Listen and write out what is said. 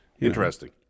Interesting